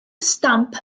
stamp